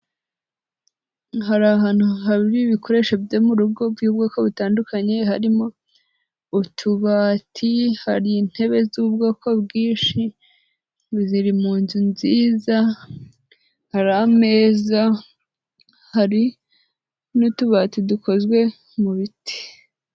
Hari ahantu habi ibikoresho byo mu rugo by'bwoko butandukanye, harimo: utubati, hari intebe z'ubwoko bwinshi, ziri mu nzu nziza, hari ameza, hari n'utubati dukozwe mu biti.